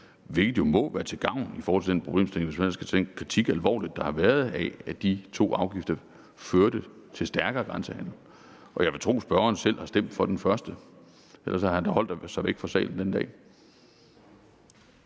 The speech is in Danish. hvilket jo må være til gavn i forhold til den problemstilling, hvis man ellers kan tage den kritik alvorligt, der har været af, at de to afgifter førte til mere grænsehandel. Og jeg vil tro, at spørgeren selv har stemt for den første, for ellers har han da holdt sig væk fra salen den dag.